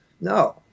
No